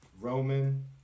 Roman